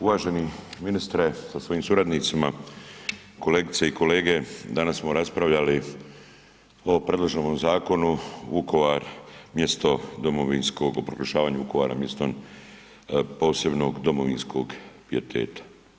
Uvaženi ministre sa svojim suradnicima, kolegice i kolege danas smo raspravljali o predloženom zakonu Vukovar mjesto domovinskog, o proglašavanju Vukovara mjestom posebnog domovinskog pijeteta.